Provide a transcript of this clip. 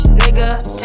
nigga